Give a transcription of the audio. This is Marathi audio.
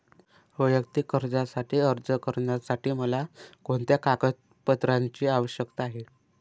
वैयक्तिक कर्जासाठी अर्ज करण्यासाठी मला कोणत्या कागदपत्रांची आवश्यकता आहे?